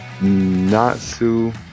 Natsu